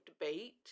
debate